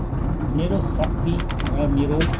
मेरो शक्ति र मेरो